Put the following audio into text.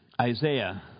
Isaiah